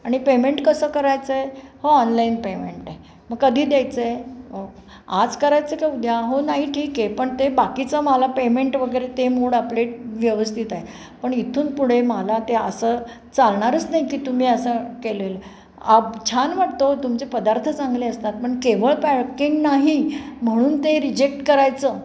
आणि पेमेंट कसं करायचं आहे हो ऑनलाईन पेमेंट आहे मग कधी द्यायचं आहे आज करायचं का उद्या हो नाही ठीक आहे पण ते बाकीचं मला पेमेंट वगैरे ते मूड आपले व्यवस्थित आहे पण इथून पुढे मला ते असं चालणारच नाही की तुम्ही असं केलेलं छान वाटतं हो तुमचे पदार्थ चांगले असतात पण केवळ पॅकिंग नाही म्हणून ते रिजेक्ट करायचं